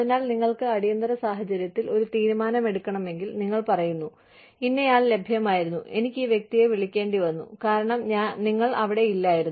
അതിനാൽ നിങ്ങൾക്ക് അടിയന്തിര സാഹചര്യത്തിൽ ഒരു തീരുമാനം എടുക്കണമെങ്കിൽ നിങ്ങൾ പറയുന്നു ഇന്നയാൾ ലഭ്യമായിരുന്നു എനിക്ക് ഈ വ്യക്തിയെ വിളിക്കേണ്ടിവന്നു കാരണം നിങ്ങൾ അവിടെ ഇല്ലായിരുന്നു